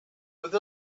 with